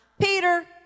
Peter